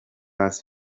las